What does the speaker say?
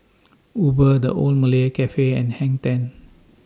Uber The Old Malaya Cafe and Hang ten